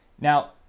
now